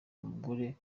umugore